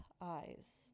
eyes